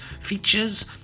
features